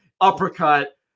uppercut